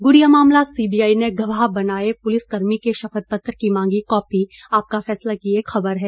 गुड़िया मामला सीबीआई ने गवाह बनाए पुलिस कर्मी के शपथपत्र की मांगी कॉपी आपका फैसला की एक खबर है